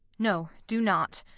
no, do not.